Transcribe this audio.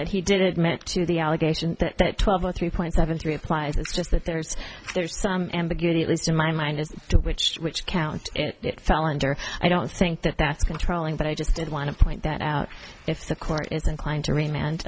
that he did admit to the allegation that twelve a three point seven three applies it's just that there's there's ambiguity at least in my mind as to which which count it fell under i don't think that that's controlling but i just did want to point that out if the court is inclined to r